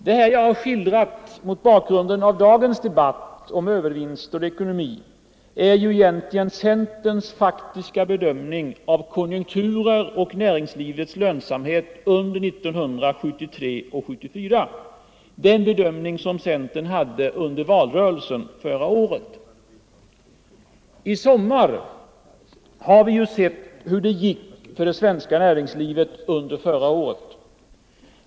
Det jag här har skildrat mot bakgrunden av dagens debatt om övervinster och ekonomi är egentligen centerns faktiska bedömning av konjunkturer och av näringslivets lönsamhet under 1973 och 1974 —- den bedömning som centern hade under valrörelsen förra året. I sommar har vi sett hur det gick för det svenska näringslivet under fjolåret.